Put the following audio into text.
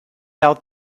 out